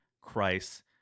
Christ